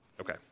Okay